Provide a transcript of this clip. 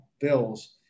bills